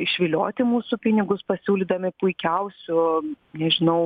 išvilioti mūsų pinigus pasiūlydami puikiausių nežinau